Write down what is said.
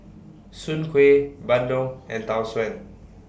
Soon Kuih Bandung and Tau Suan